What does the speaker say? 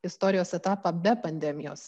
istorijos etapą be pandemijos